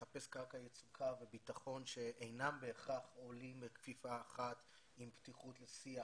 לחפש קרקע יצוקה וביטחון שאינם בהכרח עולים בכפיפה אחת עם פתיחות לשיח